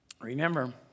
Remember